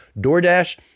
DoorDash